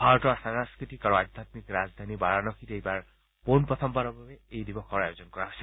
ভাৰতৰ সাংস্থতিক আৰু আধ্যামিক ৰাজধানী বাৰানসীত এইবাৰ পোনপ্ৰথমবাৰৰ বাবে এই দিৱসৰ আয়োজন কৰা হৈছে